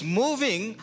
moving